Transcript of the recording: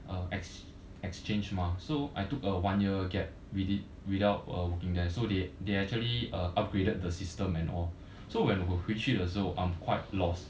uh ex exchange mah so I took a one year gap within without uh working there so they they actually uh upgraded the system and all so when 我回去的时候 I'm quite lost